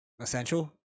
Essential